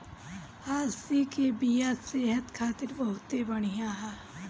अलसी के बिया सेहत खातिर बहुते बढ़िया ह